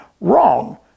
wrong